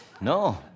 no